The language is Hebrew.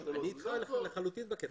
אני אתך בקטע הזה.